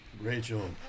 Rachel